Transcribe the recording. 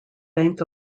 bank